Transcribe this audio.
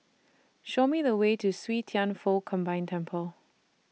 Show Me The Way to See Thian Foh Combined Temple